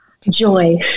Joy